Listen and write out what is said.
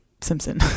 Simpson